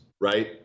right